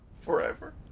Forever